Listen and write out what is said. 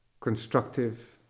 constructive